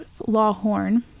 Lawhorn